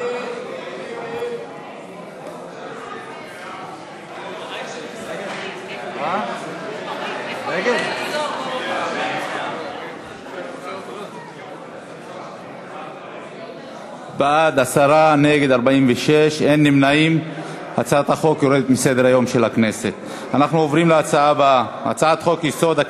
2013. ההצעה להסיר מסדר-היום את הצעת חוק להארכת